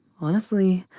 honestly,